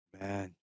man